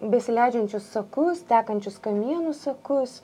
besileidžiančius sakus tekančius kamienu sakus